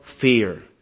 fear